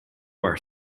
are